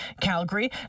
Calgary